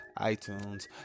iTunes